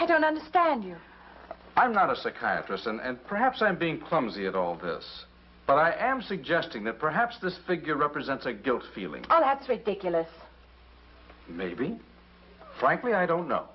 i don't understand you i'm not a psychiatrist and perhaps i'm being clumsy and all this but i am suggesting that perhaps this figure represents a guilt feeling and adds ridiculous maybe frankly i don't know